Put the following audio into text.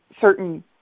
certain